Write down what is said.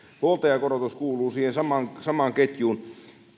huoltajakorotus kuuluu siihen samaan ketjuun